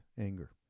anger